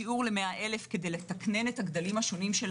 שיעור ל-100,000 כדי לתקנן את הגדלים השונים של